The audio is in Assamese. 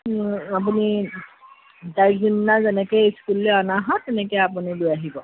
আপুনি তাইক যোনদিনা যেনেকৈ স্কুললৈ অনা হয় তেনেকৈয়ে আপুনি লৈ আহিব